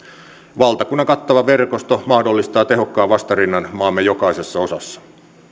valtakunnan kattava verkosto mahdollistaa tehokkaan vastarinnan maamme jokaisessa osassa